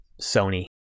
Sony